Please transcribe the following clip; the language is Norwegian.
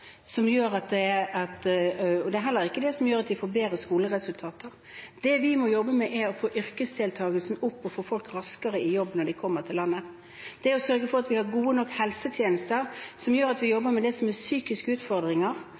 Det er heller ikke den som gjør at man får bedre skoleresultater. Det vi må jobbe med, er å få yrkesdeltakelsen opp og få folk raskere i jobb når de kommer til landet. Det er å sørge for at vi har gode nok helsetjenester, som gjør at vi jobber med det som er av psykiske utfordringer,